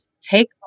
take